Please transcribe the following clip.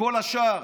וכל השאר.